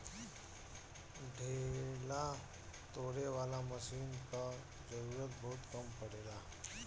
ढेला तोड़े वाला मशीन कअ जरूरत बहुत कम पड़ेला